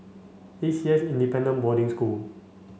A C S Independent Boarding School